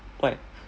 what